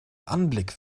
anblick